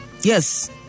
Yes